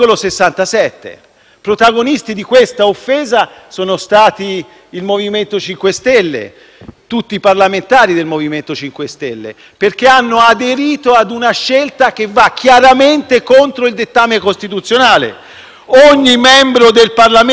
tutti i parlamentari del MoVimento 5 Stelle, perché hanno aderito a una scelta che va chiaramente contro il dettame costituzionale. «Ogni membro del Parlamento rappresenta la Nazione ed esercita le sue funzioni senza vincolo di mandato».